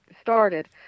started